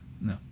no